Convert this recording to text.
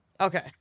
Okay